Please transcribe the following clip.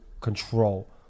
control